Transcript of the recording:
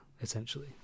essentially